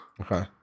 Okay